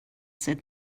said